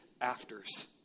afters